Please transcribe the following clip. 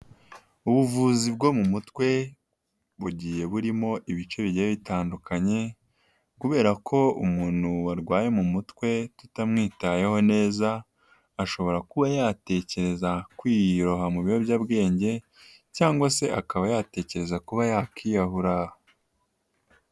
Ubuvuzi bwo mu mutwe, bugiye burimo ibice bigiye bitandukanye, kubera ko umuntu warwaye mu mutwe tutamwitayeho neza, ashobora kuba yatekereza kwiroha mu biyobyabwenge cyangwa se akaba yatekereza kuba yakwiyahura.